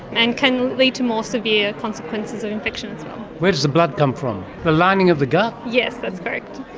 and can lead to more severe consequences of infection as well. we does the blood come from? the lining of the gut? yes, that's correct.